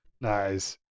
nice